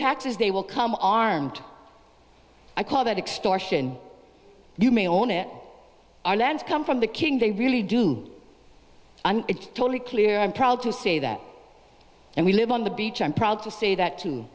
taxes they will come armed i call that extortion you may own it our lands come from the king they really do and it's totally clear i'm proud to say that and we live on the beach i'm proud to say t